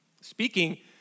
Speaking